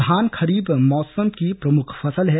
धान खरीफ मौसम की प्रमुख फसल है